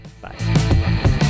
Bye